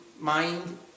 mind